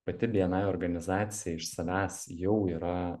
pati bni organizacija iš savęs jau yra